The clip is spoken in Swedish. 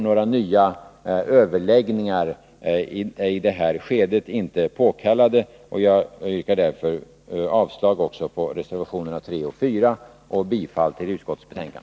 Några nya överläggningar är inte påkallade i det här avsnittet. Jag yrkar därför avslag också på reservationerna 3 och 4 och bifall till utskottets hemställan.